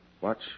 Watch